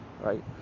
right